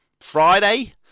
Friday